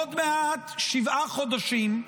עוד מעט שבעה חודשים,